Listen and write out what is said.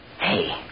Hey